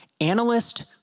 Analyst